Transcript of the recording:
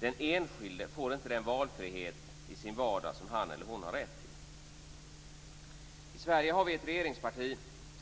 Den enskilde får inte den valfrihet i sin vardag som han eller hon har rätt till. I Sverige har vi ett regeringsparti